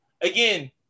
again